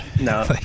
no